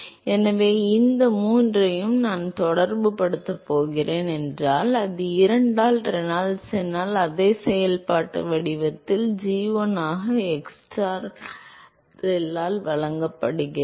எனவே இந்த மூன்றையும் நான் தொடர்புபடுத்தப் போகிறேன் என்றால் அது 2 ஆல் ரெனால்ட்ஸ் எண்ணால் அதே செயல்பாட்டு வடிவத்தில் g1 ஆக xstar ReL ஆக வழங்கப்படுகிறது